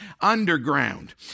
underground